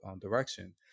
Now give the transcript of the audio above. direction